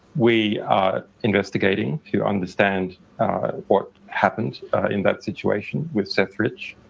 we are investigating to understand what happened in that situation with seth rich.